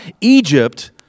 Egypt